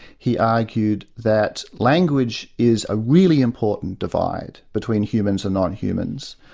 he argued that language is a really important divide between humans and non-humans,